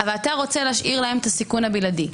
אבל אתה רוצה להשאיר להם את הסיכון הבלעדי.